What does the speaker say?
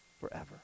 forever